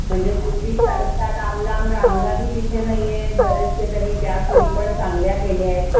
म्हणजे पूर्वीसारख्या लांबलांब रांगाही तिथे नाही आहेत बरेचसे त्यांनी त्या सोयी पण चांगल्या केल्या आहेत